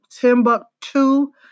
Timbuktu